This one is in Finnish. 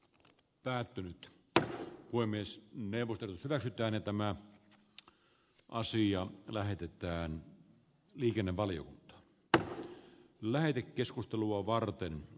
päättynyt voi myös neuvotellussa vähittäinen tämä asia lähetetään liikennevalio ab lähetekeskustelua varten